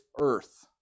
earth